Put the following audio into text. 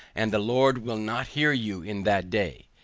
and the lord will not hear you in that day.